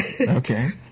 Okay